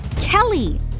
Kelly